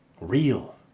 real